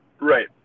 Right